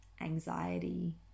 anxiety